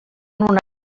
una